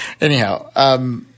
Anyhow –